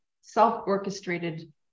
self-orchestrated